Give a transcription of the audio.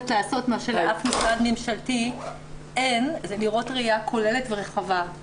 לעשות מה שלאף משרד ממשלתי אין ולראות ראיה כוללת ורחבה,